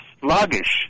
sluggish